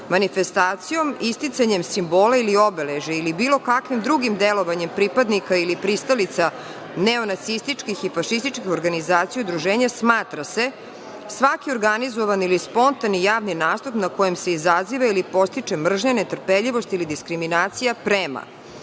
manifestacijom, isticanjem simbola ili obeležja ili bilo kakvim drugim delovanjem pripadnika ili pristalica neonacističkih i fašističkih organizacija i udruženja smatra se svaki organizovani ili spontani javni nastup na kojem se izaziva ili podstiče mržnja, netrpeljivost ili diskriminacija prema